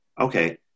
Okay